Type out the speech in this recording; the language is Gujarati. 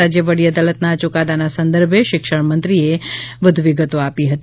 રાજ્ય વડી અદાલતના આ યુકાદાના સંદર્ભે શિક્ષણમંત્રીએ વિગતો આપી હતી